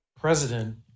president